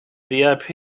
vip